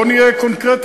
בוא נהיה קונקרטיים,